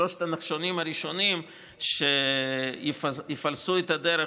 שלושת הנחשונים הראשונים שיפלסו את הדרך